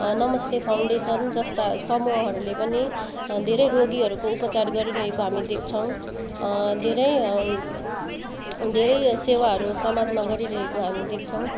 नमस्ते फाउन्डेसन जस्ता समूहहरूले पनि धेरै रोगीहरूको उपचार गरिरहेको हामी देख्छौँ धेरै धेरै सेवाहरू समाजमा गरिरहेको हामी देख्छौँ